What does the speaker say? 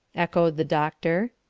echoed the doctor.